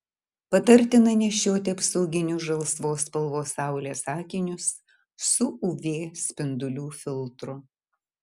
patartina nešioti apsauginius žalsvos spalvos saulės akinius su uv spindulių filtru